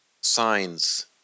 signs